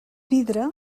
vidre